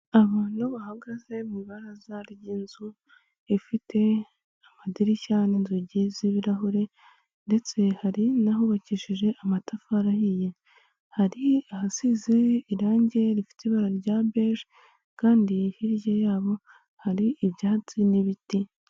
Abantu bahagaze mu ibaraza ry'inzu ifite amadirishya n'inzugi z'ibirahure ndetse hari n'ahubakishije amatafari ahiye. Hari ahasize irange rifite ibara rya beje kandi hirya yabo hari ibyatsi n'ibiti.